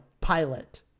Pilot